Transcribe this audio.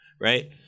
right